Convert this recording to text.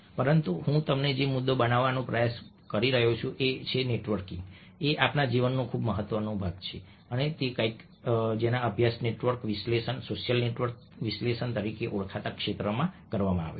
પરંતુ હું જે મુદ્દો બનાવવાનો પ્રયાસ કરી રહ્યો હતો તે એ હતો કે નેટવર્કિંગ એ આપણા જીવનનો એક ખૂબ જ ભાગ છે અને આ તે કંઈક છે જેનો અભ્યાસ નેટવર્ક વિશ્લેષણ સોશિયલ નેટવર્ક વિશ્લેષણ તરીકે ઓળખાતા ક્ષેત્રમાં કરવામાં આવ્યો છે